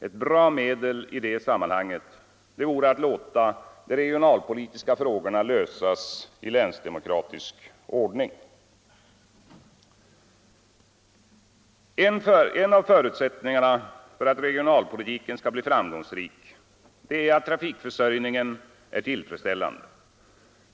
Ett bra medel i det sammanhanget vore att låta de regionalpolitiska frågorna lösas i länsdemokratisk ordning. En av förutsättningarna för att regionalpolitiken skall bli framgångsrik är att trafikförsörjningen är tillfredsställande.